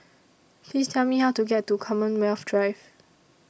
Please Tell Me How to get to Commonwealth Drive